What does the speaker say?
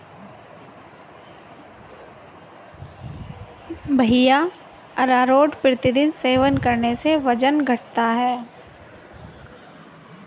भैया अरारोट प्रतिदिन सेवन करने से वजन घटता है